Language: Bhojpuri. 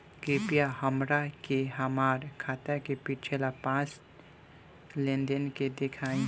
कृपया हमरा के हमार खाता के पिछला पांच लेनदेन देखाईं